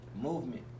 movement